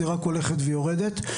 היא רק הולכת ויורדת.